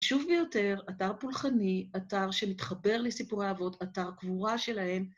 חשוב ביותר, אתר פולחני, אתר שמתחבר לסיפורי האבות, אתר הקבורה שלהם.